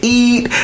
eat